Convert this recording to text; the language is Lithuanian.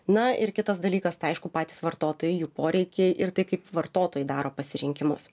na ir kitas dalykas tai aišku patys vartotojai jų poreikiai ir tai kaip vartotojai daro pasirinkimus